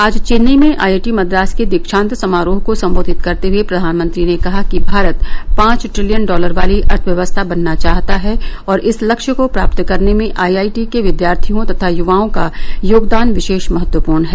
आज चेन्नई में आईआईटी मद्रास के दीक्षान्त समारोह को संबोधित करते हए प्रधानमंत्री ने कहा कि भारत पांच ट्रिलियन डॉलर वाली अर्थव्यवस्था बनना चाहता है और इस लक्ष्य को प्राप्त करने में आईआईटी के विद्यार्थियों तथा युवाओं का योगदान विशेष महत्वपूर्ण है